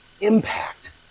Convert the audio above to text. impact